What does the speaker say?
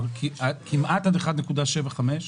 כמעט עד 1.75,